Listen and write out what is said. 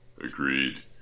agreed